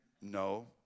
no